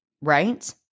right